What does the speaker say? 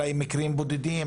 אולי מקרים בודדים,